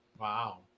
wow